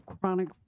chronic